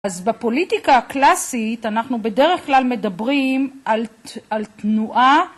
אז בפוליטיקה הקלאסית אנחנו בדרך כלל מדברים על תנועה